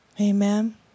Amen